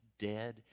dead